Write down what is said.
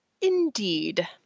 Indeed